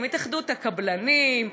התאחדות הקבלנים,